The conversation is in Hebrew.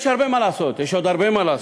יש הרבה מה לעשות, יש עוד הרבה מה לעשות.